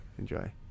Enjoy